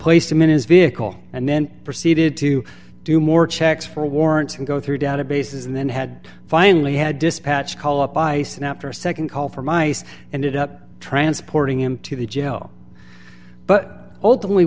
placed him in his vehicle and then proceeded to do more checks for warrants and go through databases and then had finally had dispatch call up ice and after a nd call from ice and it up transporting him to the jail but ultimately